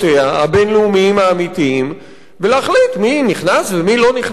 הבין-לאומיים האמיתיים ולהחליט מי נכנס ומי לא נכנס.